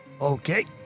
Okay